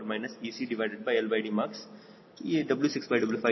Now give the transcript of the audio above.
ಅಂದರೆ W6W5e ECLDmax W6W5e 24000